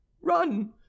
run